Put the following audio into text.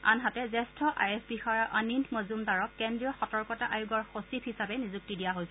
আনহাতে জ্যেষ্ঠ I A S বিষয়া অনিন্দ মজুমদাৰক কেন্দ্ৰীয় সতৰ্কতা আয়োগৰ সচিব হিচাপে নিযুক্তি দিয়া হৈছে